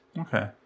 okay